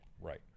right